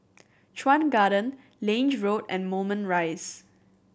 Chuan Garden Lange Road and Moulmein Rise